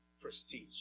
Prestige